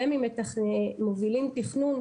רמ"י מובילים תכנון,